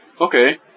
Okay